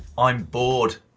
i'm bored.